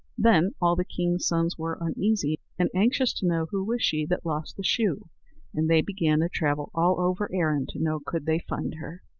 then all the kings' sons were uneasy, and anxious to know who was she that lost the shoe and they began to travel all over erin to know could they find her.